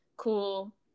cool